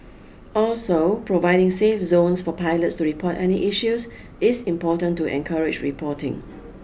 also providing safe zones for pilots to report any issues is important to encourage reporting